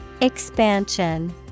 Expansion